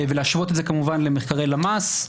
ולהשוות את זה כמובן למחקרי למ"ס.